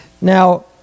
Now